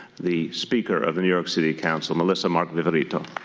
the speaker of the new york city council, melissa mark-viverito.